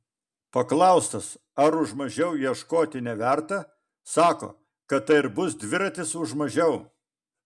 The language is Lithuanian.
paklaustas ar už mažiau ieškoti neverta sako kad tai ir bus dviratis už mažiau